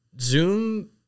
zoom